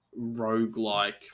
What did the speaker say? roguelike